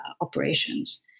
operations